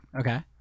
Okay